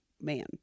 man